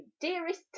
dearest